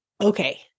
okay